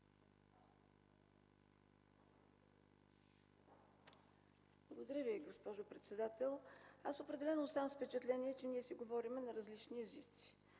Благодаря Ви, госпожо председател. Аз определено оставам с впечатление, че си говорим на различни езици.